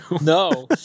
no